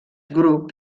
grup